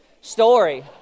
story